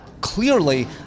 clearly